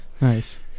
Nice